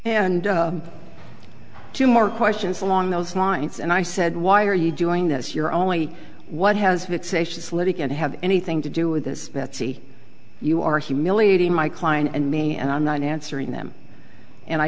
and two more questions along those lines and i said why are you doing this you're only what has to have anything to do with this betsy you are humiliating my client and me and i'm not answering them and i